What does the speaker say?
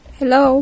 hello